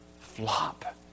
flop